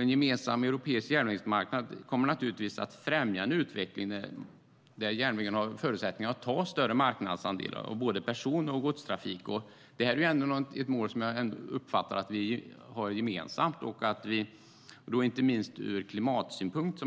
En gemensam europeisk järnvägsmarknad kommer naturligtvis att främja en utveckling där järnvägen har förutsättningar att ta större marknadsandelar av både person och godstrafik. Det är ändå ett mål som jag uppfattar att vi har gemensamt, inte minst ur klimatsynpunkt.